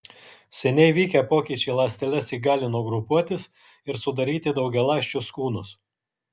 seniai vykę pokyčiai ląsteles įgalino grupuotis ir sudaryti daugialąsčius kūnus